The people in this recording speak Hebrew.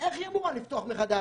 איך היא אמורה לפתוח מחדש?